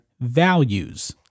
values